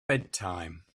bedtime